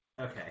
Okay